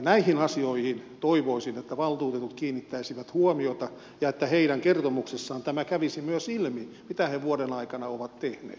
näihin asioihin toivoisin että valtuutetut kiinnittäisivät huomiota ja että heidän kertomuksessaan tämä kävisi myös ilmi mitä he vuoden aikana ovat tehneet